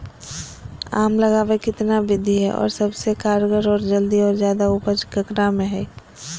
आम लगावे कितना विधि है, और सबसे कारगर और जल्दी और ज्यादा उपज ककरा में है?